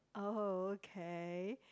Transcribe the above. okay